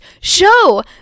show